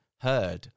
heard